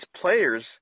players